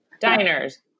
diners